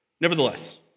Nevertheless